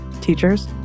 teachers